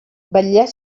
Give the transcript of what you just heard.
vetllar